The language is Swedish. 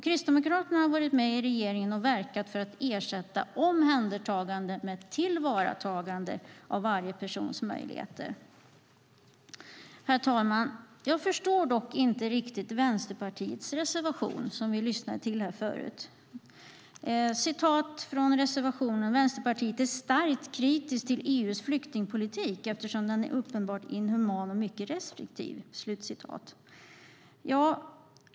Kristdemokraterna har i regeringen verkat för att ersätta omhändertagande med tillvaratagande av varje persons möjligheter. Herr talman! Jag förstår inte riktigt Vänsterpartiets reservation 2 som det redogjordes för här förut. I reservationen står det: "Vänsterpartiet är starkt kritiskt till EU:s flyktingpolitik eftersom den är uppenbart inhuman och mycket restriktiv."